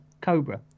Cobra